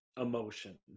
emotion